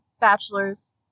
bachelor's